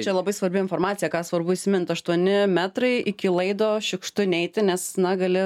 čia labai svarbi informacija ką svarbu įsimint aštuoni metrai iki laido šiukštu neiti nes na gali